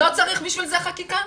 לא צריך בשביל זה חקיקה?